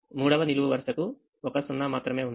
మూడవ నిలువు వరుసకు ఒక 0 మాత్రమే ఉంది